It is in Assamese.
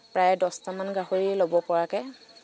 প্ৰায় দহটামান গাহৰি ল'ব পৰাকৈ